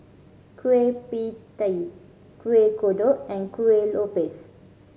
Kueh Pie Tee Kuih Kodok and Kueh Lopes